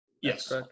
Yes